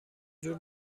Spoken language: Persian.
جور